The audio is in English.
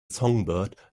songbird